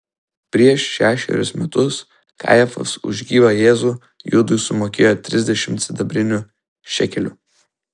prieš šešerius metus kajafas už gyvą jėzų judui sumokėjo trisdešimt sidabrinių šekelių